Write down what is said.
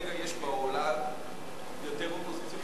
כרגע יש באולם יותר אופוזיציה